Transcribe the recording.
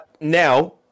Now